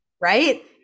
right